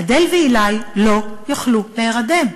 אדל ועילאי לא יכלו להירדם.